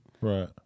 right